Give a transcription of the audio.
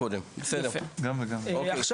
יש פה שני מושגים שונים,